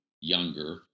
younger